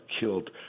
killed